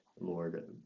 Lord